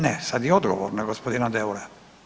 Ne sad je odgovor na gospodina Deura.